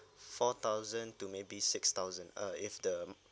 four thousand to maybe six thousand uh if the